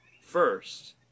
first